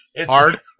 Hard